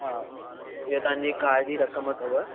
हा हीअ तव्हांजी कार जी रक़म अथव